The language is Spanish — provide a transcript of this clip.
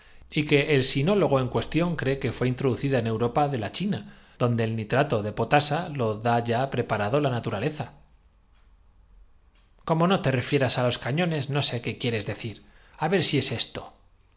cu que el sinólogo en cuestión cree que fué introducida yas emanaciones conducimos á donde queremos mer en europa de la china donde el nitrato de potasa lo ced á unos tubos subterráneos da ya preparado la naturaleza eso también lo dice julien pero se lo atribuye al como no te refieras á los cañones no sé qué quie siglo vin no os admire señor nuestra extrañeza pues res decir á ver si es esto y